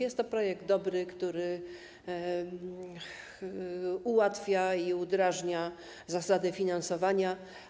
Jest to projekt dobry, który ułatwia i udrażnia zasady finansowania.